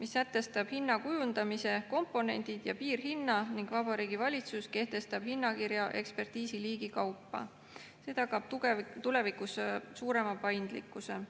mis sätestab hinna kujundamise komponendid ja piirhinna. Vabariigi Valitsus kehtestab hinnakirja ekspertiisiliigi kaupa. See tagab tulevikus suurema paindlikkuse.